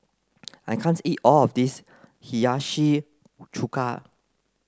I can't eat all of this Hiyashi Chuka